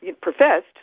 professed